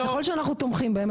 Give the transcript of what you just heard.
אז ככל שאנחנו תומכים בהם,